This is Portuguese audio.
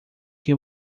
que